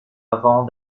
avant